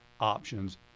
options